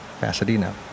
Pasadena